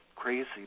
Crazy